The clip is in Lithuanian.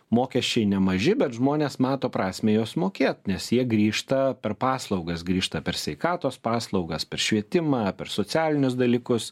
mokesčiai nemaži bet žmonės mato prasmę juos mokėt nes jie grįžta per paslaugas grįžta per sveikatos paslaugas per švietimą per socialinius dalykus